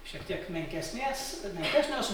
šiek tiek menkesnės menkesnio su